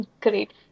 Great